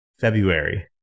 February